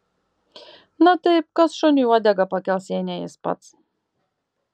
na taip kas šuniui uodegą pakels jei ne jis pats